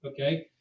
okay